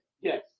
Yes